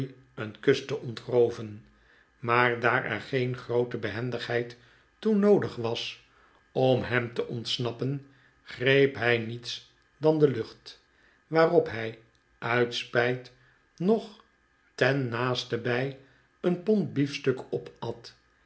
een kus te ontrooven maar daar er geen groote behendigheid toe noodig was om hem te ontsnappen greep hij niets dan de lucht waarop hij uit spijt nog ten naastenbij een pond biefstuk opat